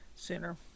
sooner